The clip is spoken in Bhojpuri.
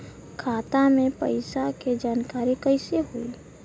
खाता मे पैसा के जानकारी कइसे होई?